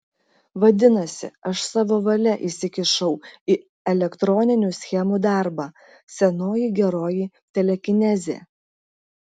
vadinasi aš savo valia įsikišau į elektroninių schemų darbą senoji geroji telekinezė